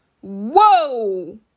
Whoa